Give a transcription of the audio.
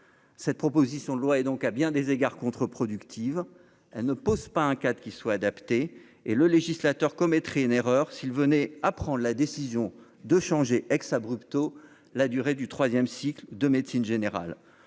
cette proposition de loi et donc à bien des égards contreproductive, elle ne pose pas un cadre qui soit adapté et le législateur commettrait une erreur s'il venait à prendre la décision de changer ex abrupto la durée du 3ème cycle de médecine générale